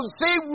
see